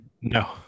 no